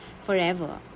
forever